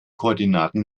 koordinaten